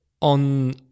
on